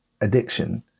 addiction